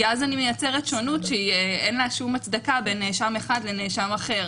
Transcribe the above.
כי אז אני מייצרת שונות שאין לה שום הצדקה בין נאשם אחד לנאשם אחר.